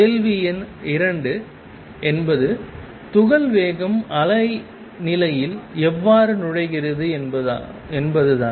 கேள்வி எண் 2 என்பது துகள் வேகம் அலை நிலையில் எவ்வாறு நுழைகிறது என்பதுதான்